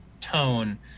tone